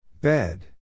Bed